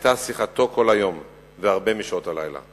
היתה שיחתו כל היום והרבה משעות הלילה.